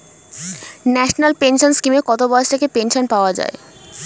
National pension স্কিমে কত বয়স থেকে পেনশন পাওয়া যায়?